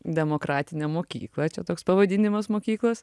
demokratinę mokyklą čia toks pavadinimas mokyklos